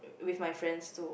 with my friends too